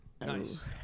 Nice